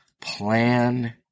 Plan